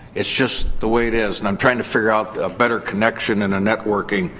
it's just the way it is. and i'm trying to figure out a better connection and a networking.